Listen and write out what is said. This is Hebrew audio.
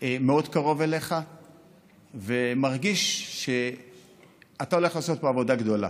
מאוד קרוב אליך ומרגיש שאתה הולך לעשות פה עבודה גדולה.